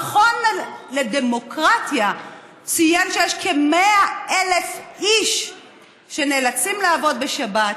המכון לדמוקרטיה ציין שיש כ-100,000 איש שנאלצים לעבוד בשבת,